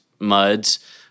Muds